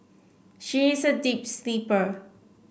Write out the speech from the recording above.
she is a deep sleeper